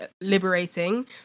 liberating